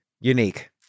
unique